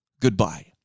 goodbye